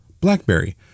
BlackBerry